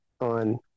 on